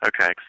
Okay